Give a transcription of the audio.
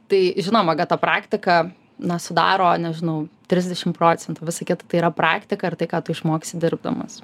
tai žinoma kad ta praktika na sudaro nežinau trisdešim procentų visa kita tai yra praktika ir tai ką tu išmoksi dirbdamas